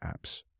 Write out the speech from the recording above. apps